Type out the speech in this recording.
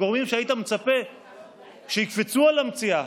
הגורמים שהיית מצפה שיקפצו על המציאה